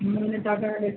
നിങ്ങൾ